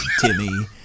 timmy